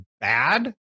bad